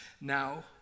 Now